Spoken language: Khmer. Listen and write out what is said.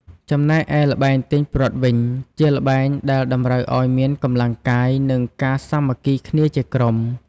ចំណែកឯល្បែងទាញព្រ័ត្រវិញ ជាល្បែងដែលតម្រូវឲ្យមានកម្លាំងកាយ និងការសាមគ្គីគ្នាជាក្រុម។